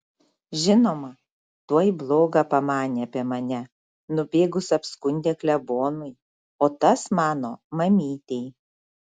žinoma tuoj bloga pamanė apie mane nubėgus apskundė klebonui o tas mano mamytei